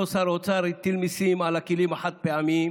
אותו שר אוצר הטיל מיסים על הכלים החד-פעמיים.